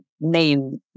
name